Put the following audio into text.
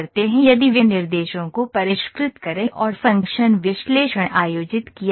यदि विनिर्देशों को परिष्कृत करें और फ़ंक्शन विश्लेषण आयोजित किया गया है